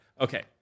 Okay